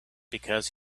because